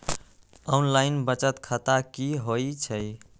Online बचत खाता की होई छई?